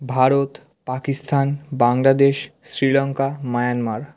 Bharat Pakistan Bangladesh Sri Lanka Myanmar